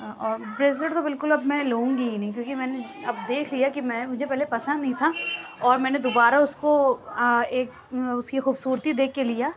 اور بریسلیٹ تو بالکل اب میں لوں گی ہی نہیں کیوں کہ میں نے اب دیکھ کیا کہ میں مجھے پہلے پسند نہیں تھا اور میں نے دوبارہ اُس کو ایک اُس کی خوبصورتی دیکھ کے لیا